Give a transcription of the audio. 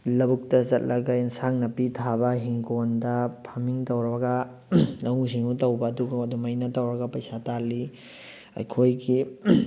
ꯂꯧꯕꯨꯛꯇ ꯆꯠꯂꯒ ꯏꯟꯁꯥꯡ ꯅꯥꯄꯤ ꯊꯥꯕ ꯍꯤꯡꯒꯣꯟꯗ ꯐꯥꯝꯃꯤꯡ ꯇꯧꯔꯒ ꯂꯧꯎ ꯁꯤꯡꯎ ꯇꯧꯕ ꯑꯗꯨꯒꯨꯝꯕ ꯑꯗꯨꯃꯥꯏꯅ ꯇꯧꯔꯒ ꯄꯩꯁꯥ ꯇꯥꯜꯂꯤ ꯑꯩꯈꯣꯏꯒꯤ